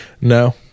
no